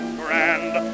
grand